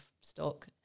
stock